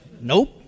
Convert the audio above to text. nope